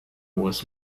was